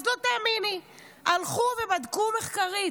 אז לא תאמיני, הלכו ובדקו מחקרית,